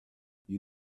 you